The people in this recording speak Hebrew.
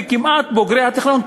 ובוגרי הטכניון,